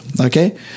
Okay